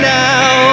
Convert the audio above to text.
now